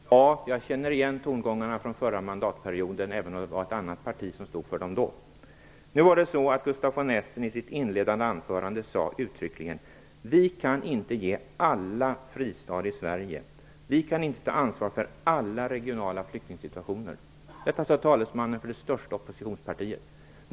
Fru talman! Jag känner igen tongångarna från förra mandatperioden, även om det var ett annat parti som stod för dem då. I sitt inledande anförande sade Gustaf von Essen uttryckligen: Vi kan inte ge alla fristad i Sverige. Vi kan inte ta ansvar för alla regionala flyktingsituationer. Detta sade talesmannen för det största oppositionspartiet.